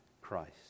Christ